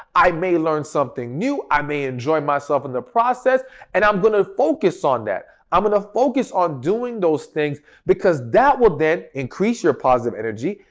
i may learn something new, i may enjoy myself in the process and i'm going to focus on that. i'm going to focus on doing those things because that will then increase your positive energy,